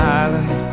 island